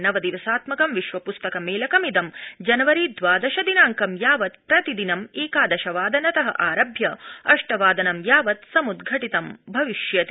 नवदिवसात्मकं विश्वपुस्तक मेलकमिदं जनवरी द्वादशदिनांक यावत प्रतिदिनं एकादशवादनत आरभ्य अष्टवादनं यावत समुदघटितं भविष्यति